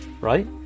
right